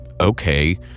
okay